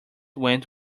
went